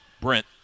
Brent